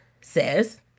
says